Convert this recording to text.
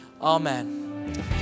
amen